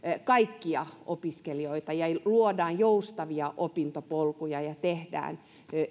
kaikkia opiskelijoita ja luodaan joustavia opintopolkuja ja tehdään